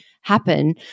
happen